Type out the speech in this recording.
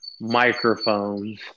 microphones